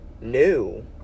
new